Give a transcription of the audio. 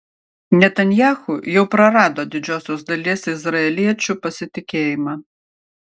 netanyahu jau prarado didžiosios dalies izraeliečių pasitikėjimą